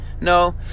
No